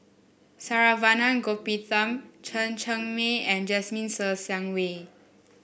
Saravanan Gopinathan Chen Cheng Mei and Jasmine Ser Xiang Wei